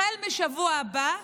החל משבוע הבא,